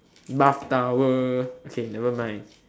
bath towel okay nevermind